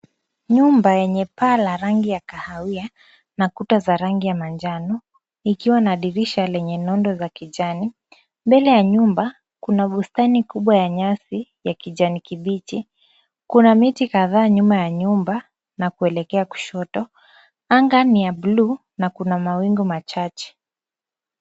Nyumba yenye paa la rangi ya kahawia na kuta za rangi ya manjano, ikiwa na dirisha lenye nondo za kijani. Mbele ya nyumba kuna bustani kubwa ya nyasi ya kijani kibichi. Kuna miti kadhaa nyuma ya nyumba na kuelekea kushoto. Anga ni ya buluu na kuna mawingu machache.